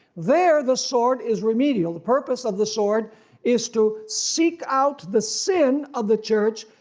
there the sword is remedial, the purpose of the sword is to seek out the sin of the church,